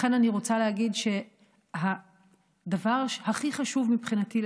לכן אני רוצה להגיד שהדבר שמבחינתי הכי